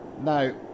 Now